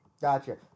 Gotcha